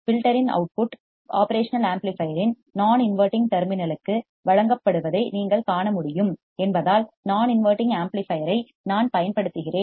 ஃபில்டர்யின் output operational ஆம்ப்ளிபையர்யின் non inverting terminal லுக்கு வழங்கப்படுவதை நீங்கள் காண முடியும் என்பதால் நான் இன்வடிங் ஆம்ப்ளிபையர் ஐப் நான் பயன்படுத்துகிறேன்